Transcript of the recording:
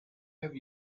have